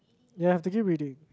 you have to keep reading